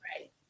right